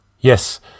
Yes